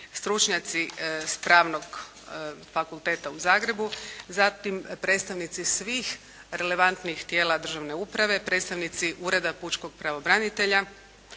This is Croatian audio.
stručnjaci s Pravnog fakulteta u Zagrebu, zatim predstavnici svih relevantnih tijela državne uprave, predstavnici Ureda pučkog pravobranitelja